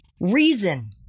reason